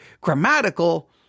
grammatical